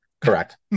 correct